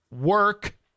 Work